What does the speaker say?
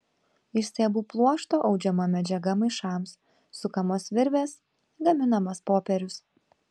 iš stiebų pluošto audžiama medžiaga maišams sukamos virvės gaminamas popierius